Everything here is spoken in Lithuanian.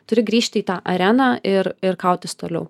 turi grįžti į tą areną ir ir kautis toliau